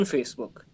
Facebook